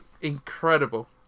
incredible